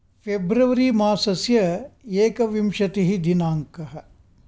फेब्रवरिमासस्य एकविंशतिः दिनांकः